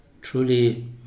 truly